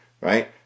right